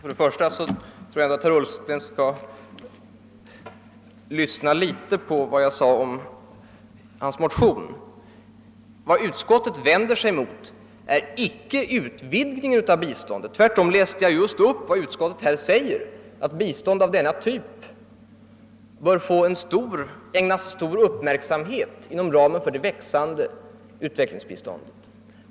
Herr talman! Herr Ullsten borde ha lyssnat på vad jag sade om hans motion. Vad utskottet vänder sig emot är icke en utvidgning av biståndet. Tvärtom läste jag upp vad utskottet här säger, nämligen att bistånd av denna typ bör ägnas stor uppmärksamhet inom ramen för det växande utvecklingsbiståndet.